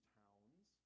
towns